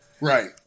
Right